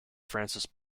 francis